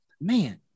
man